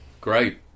great